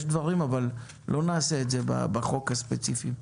אבל לא נעשה את זה בחוק הספציפי הזה.